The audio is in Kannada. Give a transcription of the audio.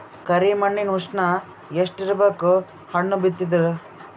ಕರಿ ಮಣ್ಣಿನ ಉಷ್ಣ ಎಷ್ಟ ಇರಬೇಕು ಹಣ್ಣು ಬಿತ್ತಿದರ?